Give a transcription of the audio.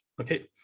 Okay